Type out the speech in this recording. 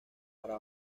para